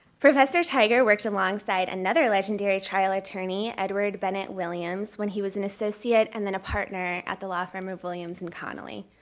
professor tigar worked alongside another legendary trial attorney edward bennett williams when he was an associate and then a partner at the law firm of williams and connelly.